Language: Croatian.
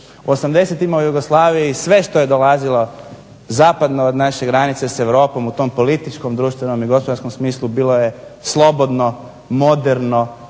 '80.-tima u Jugoslaviji sve što je dolazilo zapadno od naše granice s Europom u tom političkom, društvenom i gospodarskom smislu bilo je slobodno, moderno,